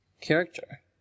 character